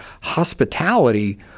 hospitality